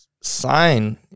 Sign